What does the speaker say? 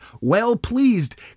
well-pleased